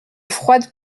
froide